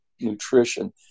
nutrition